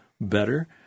better